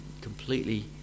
completely